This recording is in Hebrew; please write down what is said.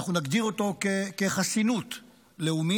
אנחנו נגדיר אותו כחסינות לאומית,